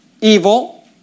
evil